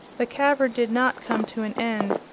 the cavern did not come to an end,